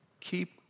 Keep